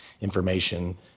information